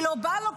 כי לא בא לו,